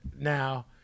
now